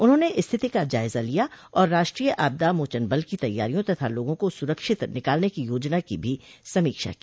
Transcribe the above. उन्होंने स्थिति का जायजा लिया और राष्ट्रीय आपदा मोचन बल की तैयारियों तथा लोगों को सुरक्षित निकालने को योजना की भी समीक्षा की